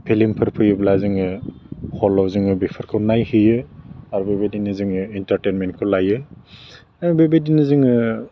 फिलिमफोर फैयोब्ला जोङो हलाव जोङो बेफोरखौ नायहैयो आर बेबायदिनो जोङो इन्टारटेइनमेन्टखौ लायो बेबायदिनो जोङो